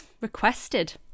requested